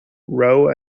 rowe